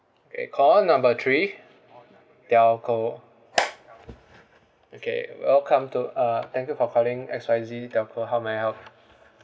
eh call number three telco okay welcome to uh thank you for calling X Y Z telco how may I help